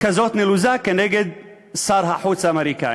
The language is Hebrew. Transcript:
כזאת נלוזה על שר החוץ האמריקני.